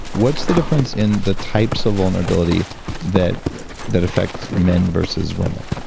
what's the difference in the types of vulnerability that that affects men versus women?